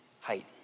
height